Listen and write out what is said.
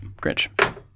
grinch